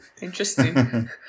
interesting